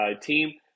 team